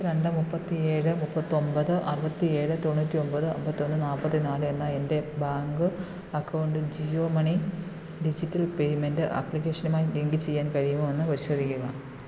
മുപ്പത്തിരണ്ട് മുപ്പത്തിഏഴ് മുപ്പത്തി ഒമ്പത് അറുപത്തിയേഴ് തൊണ്ണൂറ്റി ഒമ്പത് അൻപത്തി ഒന്ന് നാൽപ്പത്തി നാല് എന്ന എന്റെ ബാങ്ക് അക്കൗണ്ടിൽ ജിയോ മണി ഡിജിറ്റൽ പേമെൻറ്റ് ആപ്ലിക്കേഷനുമായി ലിങ്ക് ചെയ്യാൻ കഴിയുമോ എന്ന് പരിശോധിക്കുക